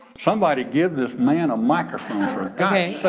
somebody give this man a microphone, for ah god's